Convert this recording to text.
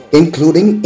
including